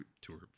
tour